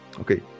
okay